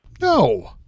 No